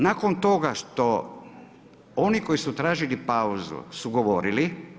Nakon toga što, oni koji su tražili pauzu su govorili.